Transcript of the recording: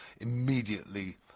immediately